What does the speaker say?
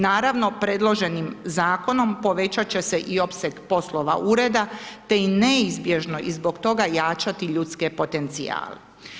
Naravno, predloženim zakonom, povećat će se i opseg poslova ureda te je neizbježno i zbog toga jačati ljudske potencijale.